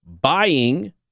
buying